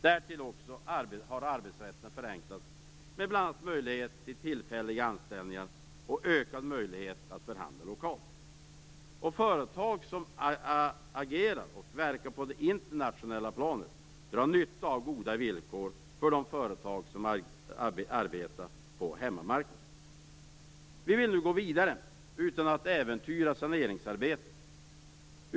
Därtill har arbetsrätten förenklats, med bl.a. möjlighet till tillfälliga anställningar och ökad möjlighet att förhandla lokalt. Företag som agerar och verkar på det internationella planet drar nytta av goda villkor för de företag som arbetar på hemmamarknaden. Vi vill nu gå vidare, utan att äventyra saneringsarbetet.